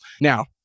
Now